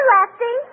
Lefty